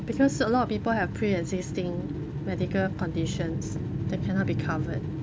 because a lot of people have pre-existing medical conditions that cannot be covered